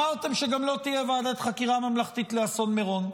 גם אמרתם שלא תהיה ועדת חקירה ממלכתית לאסון מירון,